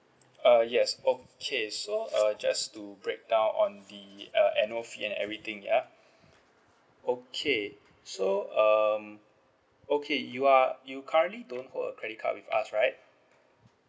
uh yes okay so uh just to break down on the uh annual fee and everything ya okay so um okay you are you currently don't hold a credit card with us right